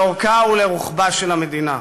לאורכה ולרוחבה של המדינה.